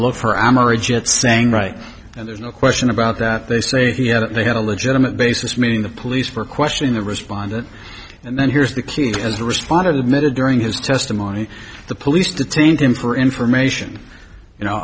just saying right there's no question about that they say he had they had a legitimate basis meaning the police for questioning the respondent and then here's the key as responded admitted during his testimony the police detained him for information you know